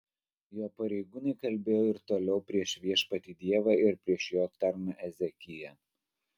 jo pareigūnai kalbėjo ir toliau prieš viešpatį dievą ir prieš jo tarną ezekiją